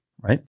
right